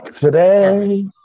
Today